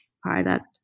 product